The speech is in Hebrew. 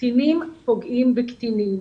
קטינים פוגעים בקטינים.